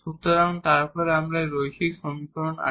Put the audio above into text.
সুতরাং তারপর আমাদের লিনিয়ার সমীকরণ আছে